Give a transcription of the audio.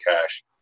cash